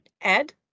Ed